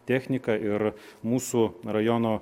techniką ir mūsų rajono